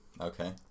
Okay